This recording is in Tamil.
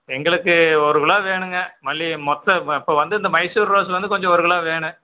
எங்களுக்கு ஒரு கிலோ வேணும்ங்க மல்லிகை மொத்தம் இப்போ வந்து இந்த மைசூர் ரோஸ் வந்து கொஞ்சம் ஒரு கிலோ வேணும்